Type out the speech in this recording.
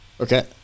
Okay